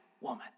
woman